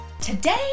Today